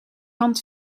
hand